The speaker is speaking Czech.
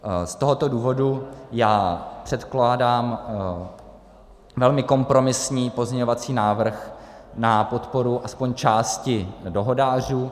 Z tohoto důvodu předkládám velmi kompromisní pozměňovací návrh na podporu aspoň části dohodářů.